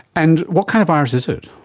and what kind of virus is it?